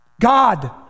God